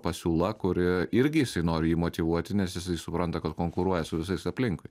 pasiūla kuri irgi jisai nori jį motyvuoti nes jisai supranta kad konkuruoja su visais aplinkui